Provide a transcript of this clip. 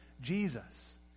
Jesus